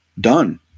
done